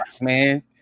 man